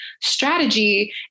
strategy